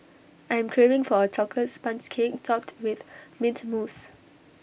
I'm craving for A Chocolate Sponge Cake Topped with Mint Mousse